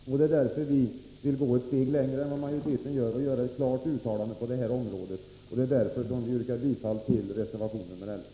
Det är därför vi vill gå ett steg längre än utskottsmajoriteten och göra ett klart uttalande på det här området. Och det är därför jag yrkar bifall till reservation nr 11.